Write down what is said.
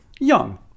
young